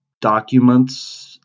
documents